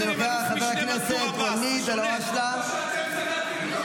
מנסור עבאס, שרציתם להקים איתו קואליציה.